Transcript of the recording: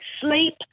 sleep